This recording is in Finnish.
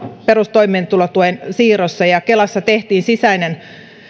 perustoimeentulotuen siirrossa kelassa tehdyn sisäisen